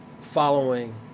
following